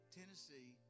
Tennessee